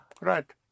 Right